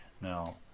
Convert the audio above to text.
Now